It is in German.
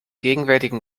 gegenwärtigen